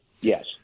Yes